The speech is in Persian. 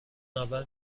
منور